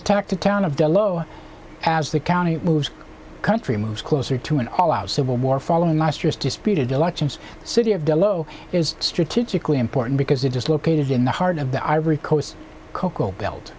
attacked the town of belo as the county moves country moves closer to an all out civil war following last year's disputed elections city of below is strategically important because it just located in the heart of the ivory coast cocoa belt